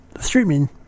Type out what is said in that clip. streaming